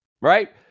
right